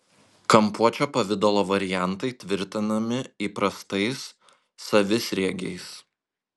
kampuočio pavidalo variantai tvirtinami įprastais savisriegiais